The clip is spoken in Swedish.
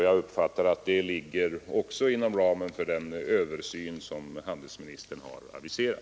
Jag uppfattar det så att också detta ligger inom ramen för den översyn som handelsministern aviserat.